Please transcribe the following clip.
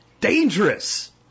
dangerous